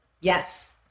Yes